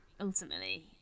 ultimately